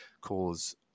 cause